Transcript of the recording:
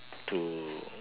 to